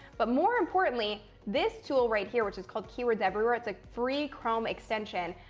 but, more importantly, this tool right here, which is called keywordseverywhere, it's a free chrome extension,